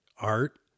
art